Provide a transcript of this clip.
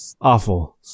Awful